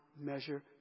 measure